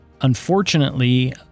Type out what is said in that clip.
Unfortunately